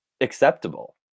acceptable